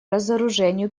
разоружению